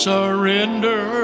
Surrender